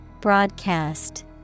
Broadcast